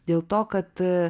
dėl to kad